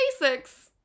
basics